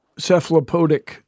cephalopodic